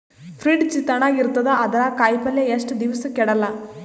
Fridge ತಣಗ ಇರತದ, ಅದರಾಗ ಕಾಯಿಪಲ್ಯ ಎಷ್ಟ ದಿವ್ಸ ಕೆಡಲ್ಲ?